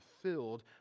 filled